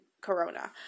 corona